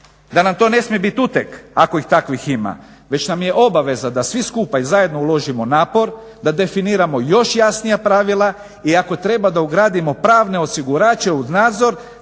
da nam to ne smije biti uteg ako ih takvih ima, već nam je obaveza da svi skupa i zajedno uložimo napor da definiramo još jasnija pravila i ako treba da ugradimo pravne osigurače u nadzor,